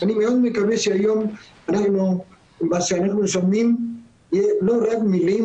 אני מאוד מקווה שהיום מה שאנחנו שומעים זה לא רק מילים,